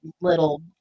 little